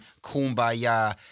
kumbaya